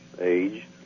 age